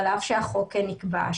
על אף שהחוק נקבע,